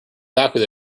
exactly